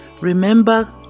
remember